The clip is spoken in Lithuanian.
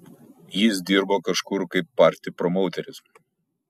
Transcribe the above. jis dirbo kažkur kaip party promauteris